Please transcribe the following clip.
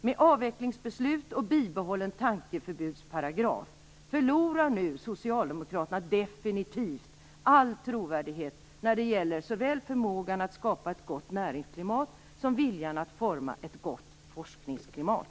Med avvecklingsbeslut och bibehållen tankeförbudsparagraf förlorar Socialdemokraterna nu definitivt all trovärdighet när det gäller såväl förmågan att skapa ett gott näringsklimat som viljan att forma ett gott forskningsklimat.